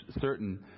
certain